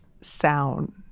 sound